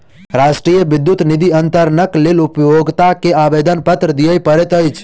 राष्ट्रीय विद्युत निधि अन्तरणक लेल उपभोगता के आवेदनपत्र दिअ पड़ैत अछि